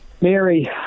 Mary